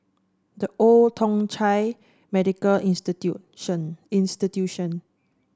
The Old Thong Chai Medical Institution